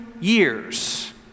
years